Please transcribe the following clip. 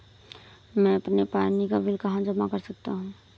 मैं अपने पानी का बिल कहाँ जमा कर सकता हूँ?